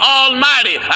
almighty